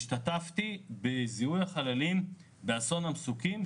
השתתפתי בזיהוי החללים של אסון המסוקים.